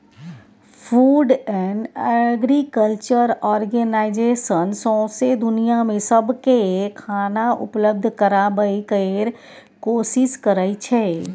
food and agriculture organization सौंसै दुनियाँ मे सबकेँ खाना उपलब्ध कराबय केर कोशिश करइ छै